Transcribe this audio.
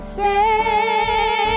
say